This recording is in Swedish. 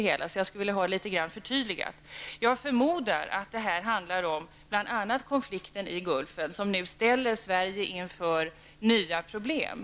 Jag skulle vilja ha ett förtydligande. Jag förmodar att det här handlar om bl.a. konflikten i Gulfen, som nu ställer Sverige inför nya problem.